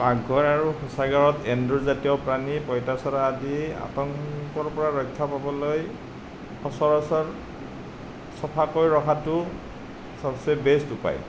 পাকঘৰ আৰু শৌচাগাৰত এন্দুৰ জাতীয় প্ৰাণী পঁইতাচোৰা আদি আতংকৰ পৰা ৰক্ষা পাবলৈ সচৰাচৰ ছফাকৈ ৰখাটো চবচে বেষ্ট উপায়